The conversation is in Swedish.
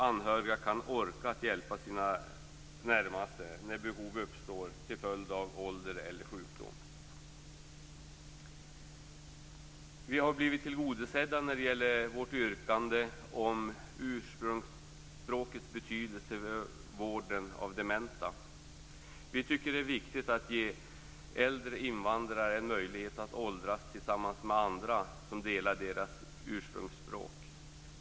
Anhöriga måste kunna orka hjälpa sina närmaste när behov uppstår till följd av ålder eller sjukdom. Vi har fått vårt yrkande om ursprungsspråkets betydelse i vården av dementa tillgodosett. Vi tycker att det är viktigt att ge äldre invandrare möjlighet att åldras tillsammans med andra som delar deras ursprungsspråk.